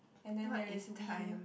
and then there is wind